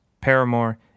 Paramore